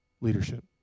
leadership